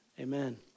Amen